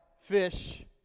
fish